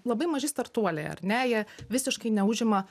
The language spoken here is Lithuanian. labai maži startuoliai ar ne jie visiškai neužima